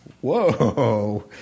Whoa